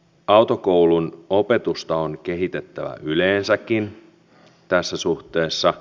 autokoulun opetusta on kehitettävä yleensäkin tässä suhteessa